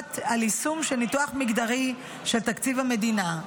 הוחלט על יישום של ניתוח מגדרי של תקציב המדינה.